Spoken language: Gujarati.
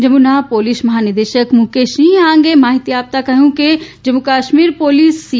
જમ્મુનાં પોલીસ મહાનિર્દેશક મુકેશ સિંહે આ અંગે માહિતી આપ્તાં જણાવ્યુ કે જમ્મુ કાશ્મીર પોલીસ સી